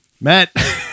Matt